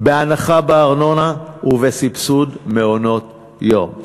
בהנחה בארנונה ובסבסוד מעונות-יום.